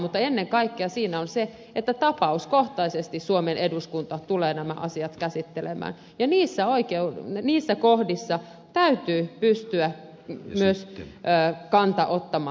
mutta ennen kaikkea siinä on se että tapauskohtaisesti suomen eduskunta tulee nämä asiat käsittelemään ja niissä kohdissa täytyy pystyä myös kanta ottamaan